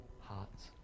hearts